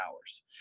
hours